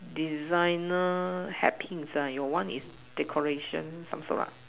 designer happy design your one is decoration some sort lah